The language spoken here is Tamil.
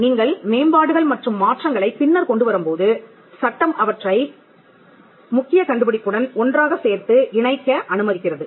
நீங்கள் மேம்பாடுகள் மற்றும் மாற்றங்களைப் பின்னர் கொண்டு வரும்போது சட்டம் அவற்றை முக்கிய கண்டுபிடிப்புடன் ஒன்றாகச் சேர்த்து இணைக்க அனுமதிக்கிறது